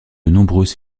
nombreuses